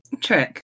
Trick